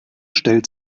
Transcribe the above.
stellt